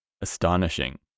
astonishing